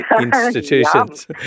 institutions